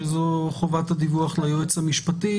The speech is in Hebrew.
שזו חובת הדיווח ליועץ המשפטי,